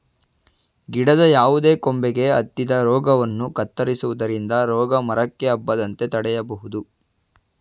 ಗಿಡದ ಯಾವುದೇ ಕೊಂಬೆಗೆ ಹತ್ತಿದ ರೋಗವನ್ನು ಕತ್ತರಿಸುವುದರಿಂದ ರೋಗ ಮರಕ್ಕೆ ಹಬ್ಬದಂತೆ ತಡೆಯಬೋದು